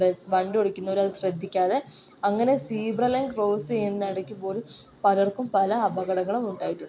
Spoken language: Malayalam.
ബസ് വണ്ടി ഓടിക്കുന്നവർ അത് ശ്രദ്ധിക്കാതെ അങ്ങനെ സീബ്രാ ലൈൻ ക്രോസ് ചെയ്യുന്ന ഇടക്ക് പോലും പലർക്കും പല അപകടങ്ങളും ഉണ്ടായിട്ടുണ്ട്